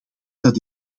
dat